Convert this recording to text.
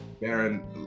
Baron